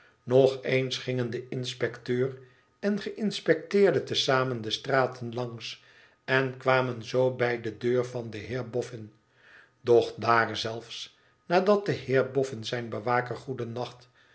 nog eens gingen de inspecteur en geïnspecteerde te zamen de straten langs en kwamen zoo bij de deur van den heer bofen doch dr zelfs nadat de heer boffin zijn bewaker